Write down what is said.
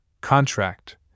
contract